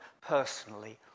personally